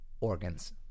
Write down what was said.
organs